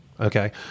Okay